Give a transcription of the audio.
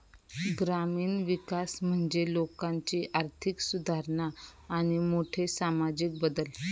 ग्रामीण विकास म्हणजे लोकांची आर्थिक सुधारणा आणि मोठे सामाजिक बदल